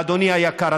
אדוני היקר.